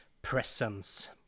presence